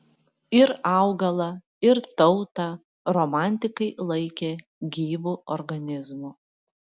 ir augalą ir tautą romantikai laikė gyvu organizmu